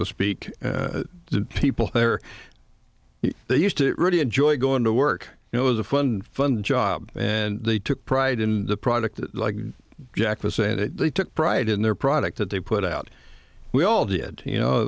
to speak to people there they used to really enjoy going to work it was a fun fun job and they took pride in the product like jack was saying that they took pride in their product that they put out we all did you know